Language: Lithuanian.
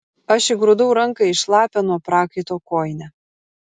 aš įgrūdau ranką į šlapią nuo prakaito kojinę